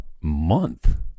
month